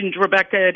Rebecca